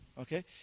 Okay